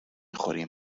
خوریم